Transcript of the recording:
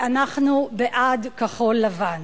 ואנחנו בעד כחול-לבן.